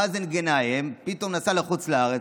מאזן גנאים פתאום נסע לחוץ לארץ,